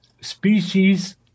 species